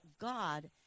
God